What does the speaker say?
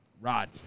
Rod